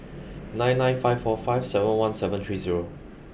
nine nine five four five seven one seven three zero